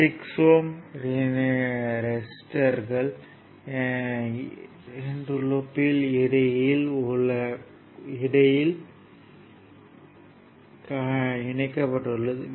6 ஓம் ரெசிஸ்டர் இரண்டு லூப்யின் இடையில் உள்ளது